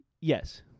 yes